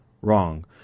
wrong